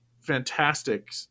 fantastic